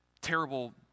terrible